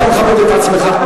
אתה מכבד את עצמך?